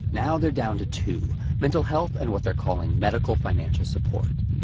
now they're down to two mental health and what they're calling medical financial support.